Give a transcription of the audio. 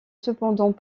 cependant